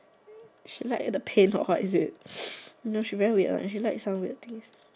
she like the paint or what is it she very weird one she like some weird things